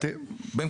אז מה אם הכפר היה שם?